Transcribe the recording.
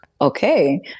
okay